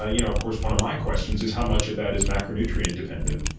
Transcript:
ah you know of course, one of my questions is how much of that is macronutrient dependent?